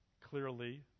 clearly